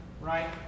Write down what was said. right